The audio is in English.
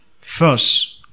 first